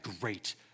great